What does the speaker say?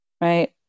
Right